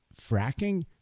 fracking